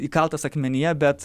įkaltas akmenyje bet